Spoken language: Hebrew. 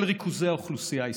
אל ריכוזי האוכלוסייה הישראלית.